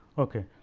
ok.